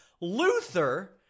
Luther